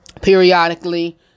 periodically